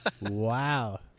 Wow